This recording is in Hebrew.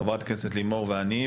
חברת הכנסת לימור ואני,